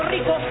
Rico